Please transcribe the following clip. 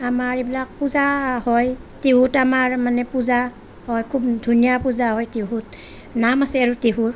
আমাৰ এইবিলাক পূজা হয় টিহুত আমাৰ মানে পূজা হয় খুব ধুনীয়া পূজা হয় টিহুত নাম আছে আৰু টিহুৰ